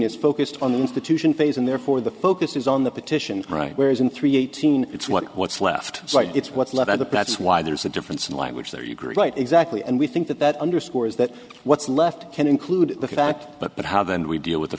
is focused on the institution phase and therefore the focus is on the petition right whereas in three eighteen it's what what's left right it's what's left of the pats why there's a difference in language there you go right exactly and we think that that underscores that what's left can include the fact but how can we deal with the